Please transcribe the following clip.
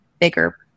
bigger